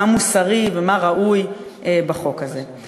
מה מוסרי ומה ראוי בחוק הזה.